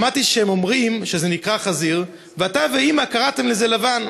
שמעתי שהם אומרים שזה נקרא חזיר ואתה ואימא קראתם לזה "לבן".